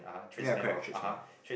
ya correct tradesman